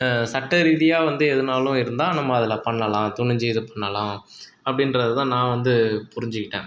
சட்ட ரீதியாக வந்து ஏதுனாலும் இருந்தால் நம்ம அதில் பண்ணலாம் துணிஞ்சு இது பண்ணலாம் அப்படின்றத தான் நான் வந்து புரிஞ்சுக்கிட்டேன்